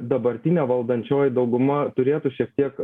dabartinė valdančioji dauguma turėtų šiek tiek